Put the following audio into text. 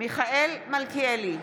מיכאל מלכיאלי,